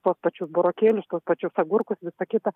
tuos pačius burokėlius tuos pačius agurkus visa kita